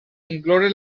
incloure